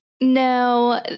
No